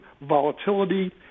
volatility